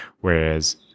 Whereas